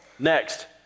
Next